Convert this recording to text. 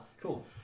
cool